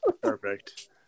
Perfect